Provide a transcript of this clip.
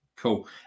cool